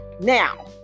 Now